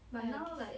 ya it's